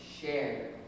share